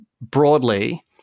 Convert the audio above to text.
broadly